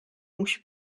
musi